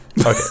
Okay